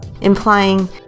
Implying